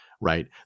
right